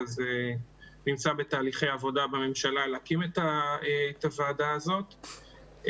זה נמצא בתהליכי עבודה בממשלה להקים את הוועדה הזאת.